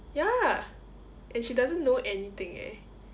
ya and she doesn't know anything eh